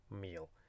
meal